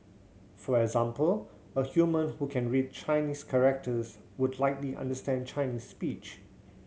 for example a human who can read Chinese characters would likely understand Chinese speech